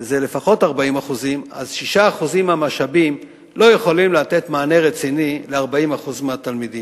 זה לפחות 40% אז 6% מהמשאבים לא יכולים לתת מענה רציני ל-40% מהתלמידים.